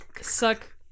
suck